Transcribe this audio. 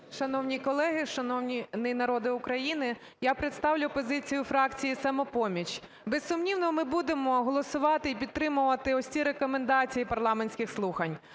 Шановні колеги, шановний народе України, я представлю позицію фракції "Самопоміч". Безсумнівно, ми будемо голосувати і підтримувати ось ці рекомендації парламентських слухань.